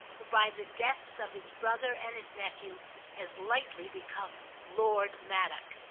who by the deaths of his brother and his nephew has lately become lord maddock.